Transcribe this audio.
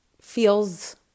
feels